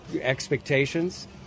expectations